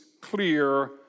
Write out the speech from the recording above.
clear